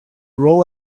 roll